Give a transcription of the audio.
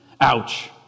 Ouch